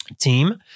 team